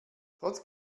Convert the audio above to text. trotz